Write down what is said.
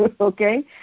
okay